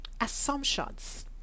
Assumptions